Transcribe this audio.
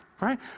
right